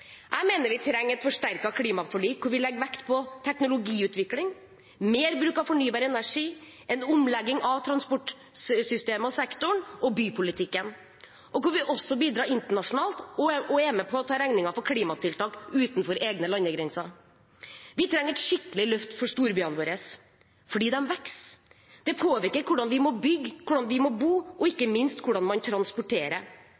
Jeg mener vi trenger et forsterket klimaforlik der vi legger vekt på teknologiutvikling, mer bruk av fornybar energi og en omlegging av transportsystemet og -sektoren og bypolitikken, og der vi også bidrar internasjonalt og er med på å ta regningen for klimatiltak utenfor egne landegrenser. Vi trenger et skikkelig løft for storbyene våre fordi de vokser. Det påvirker hvordan vi må bygge, hvordan vi må bo, og